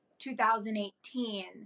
2018